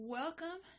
welcome